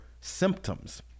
symptoms